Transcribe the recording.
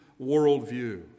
worldview